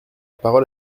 parole